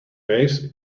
waves